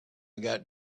got